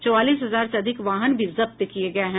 चौवालीस हजार से अधिक वाहन भी जब्त किये गये हैं